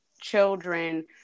children